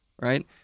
right